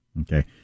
Okay